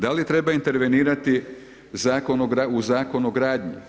Da li treba intervenirati u Zakonu o gradnji?